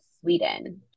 Sweden